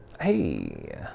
Hey